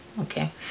Okay